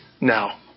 now